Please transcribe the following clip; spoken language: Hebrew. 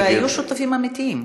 והיו שותפים אמיתיים,